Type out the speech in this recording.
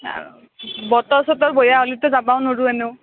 বতৰ চতৰ বয়া হ'লিতো যাবাও নৰোঁ এনেও